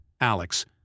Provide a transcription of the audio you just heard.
Alex